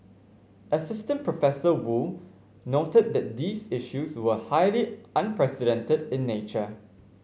Assistant Professor Woo noted that these issues were highly unprecedented in nature